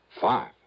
Five